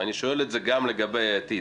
ואני שואל את זה גם לגבי העתיד.